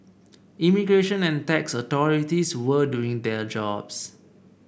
immigration and tax authorities were doing their jobs